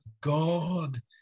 God